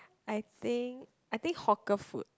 I think I think hawker food